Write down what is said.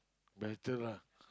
my turn lah